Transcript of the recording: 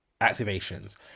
activations